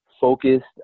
focused